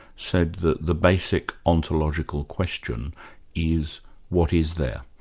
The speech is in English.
said that the basic ontological question is what is there?